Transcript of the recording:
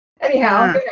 Anyhow